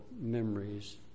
memories